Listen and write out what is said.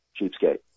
cheapskate